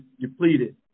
depleted